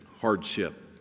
hardship